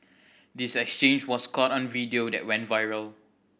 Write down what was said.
this exchange was caught on a video that went viral